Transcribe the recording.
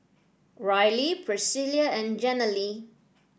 Riley Priscila and Jenilee